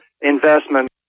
investment